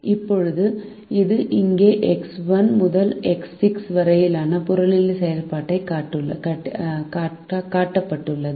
இப்போது இது இங்கே எக்ஸ் 1 முதல் எக்ஸ் 6 வரையிலான புறநிலை செயல்பாடாக காட்டப்பட்டுள்ளது